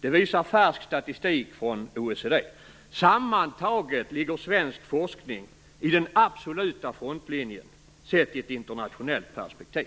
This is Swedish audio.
Det visar färsk statistik från OECD. Sammantaget ligger svensk forskning i den absoluta frontlinjen sett i ett internationellt perspektiv.